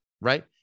right